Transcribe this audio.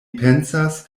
pensas